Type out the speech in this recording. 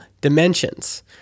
dimensions